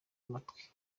matwi